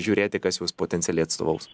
žiūrėti kas juos potencialiai atstovaus